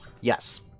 Yes